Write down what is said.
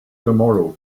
tomorrow